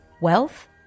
wealth